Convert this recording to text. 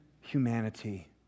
humanity